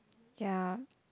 ya